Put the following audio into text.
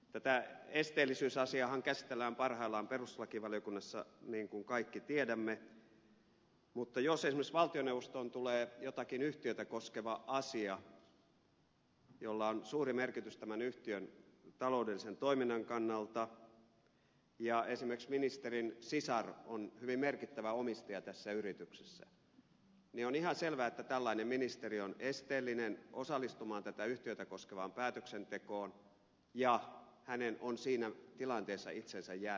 tätä esteellisyysasiaahan käsitellään parhaillaan perustuslakivaliokunnassa niin kuin kaikki tiedämme mutta jos esimerkiksi valtioneuvostoon tulee jotakin yhtiötä koskeva asia jolla on suuri merkitys tämän yhtiön taloudellisen toiminnan kannalta ja esimerkiksi ministerin sisar on hyvin merkittävä omistaja tässä yrityksessä niin on ihan selvää että tällainen ministeri on esteellinen osallistumaan tätä yhtiötä koskevaan päätöksentekoon ja hänen on siinä tilanteessa itsensä jäävättävä